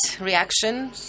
reaction